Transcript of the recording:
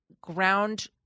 ground